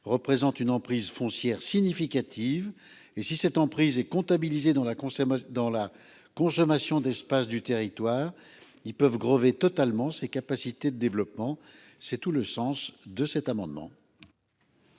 représentent une emprise foncière significative et si cette emprise est comptabilisé dans la consommation dans la consommation d'espace du territoire. Ils peuvent grever totalement ses capacités de développement. C'est tout le sens de cet amendement.